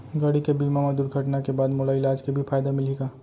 गाड़ी के बीमा मा दुर्घटना के बाद मोला इलाज के भी फायदा मिलही का?